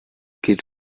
gilt